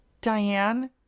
Diane